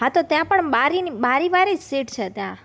હા તો ત્યાં પણ બારી બારીવાળી જ સીટ છે ત્યાં